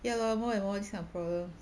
ya lor more and more this kind of problem